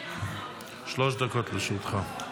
שלוש דקות לרשותך.